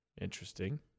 Interesting